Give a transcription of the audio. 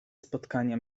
spotkania